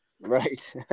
Right